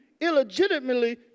illegitimately